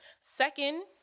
Second